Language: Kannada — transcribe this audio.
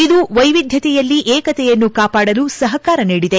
ಇದು ವೈವಿಧ್ಯತೆಯಲ್ಲಿ ಏಕತೆಯನ್ನು ಕಾಪಾಡಲು ಸಹಕಾರ ನೀಡಿದೆ